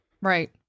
Right